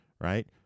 Right